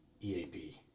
EAP